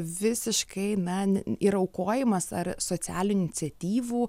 visiškai na ir aukojimas ar socialinių iniciatyvų